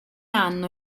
anno